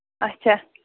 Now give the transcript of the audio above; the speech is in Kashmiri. اَچھا